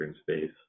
space